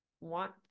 want